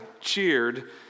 cheered